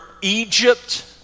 Egypt